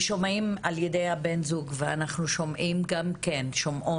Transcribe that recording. ושומעים על ידי בן הזוג ואנחנו שומעות שהייתה